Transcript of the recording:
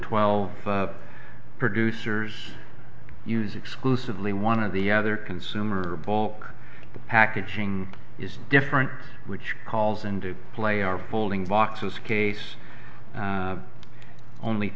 twelve producers use exclusively one of the other consumer bulk packaging is different which calls into play our folding boxes case only